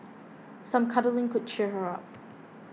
some cuddling could cheer her up